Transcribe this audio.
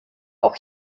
auch